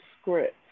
script